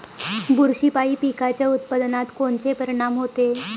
बुरशीपायी पिकाच्या उत्पादनात कोनचे परीनाम होते?